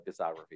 discography